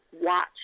watch